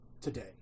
today